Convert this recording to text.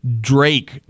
Drake